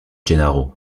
gennaro